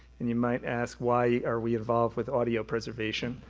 and you might ask why are we involved with audio preservation.